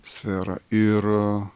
sferą ir